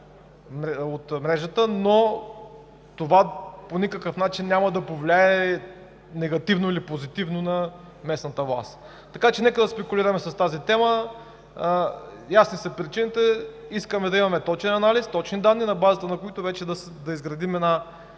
от мрежата, но това по никакъв начин няма да повлияе негативно или позитивно на местната власт. Нека да не спекулираме с тази тема. Ясни са причините. Искаме да имаме точен анализ, точни данни, на базата на които да изградим една